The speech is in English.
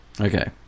Okay